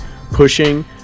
pushing